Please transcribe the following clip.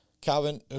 Calvin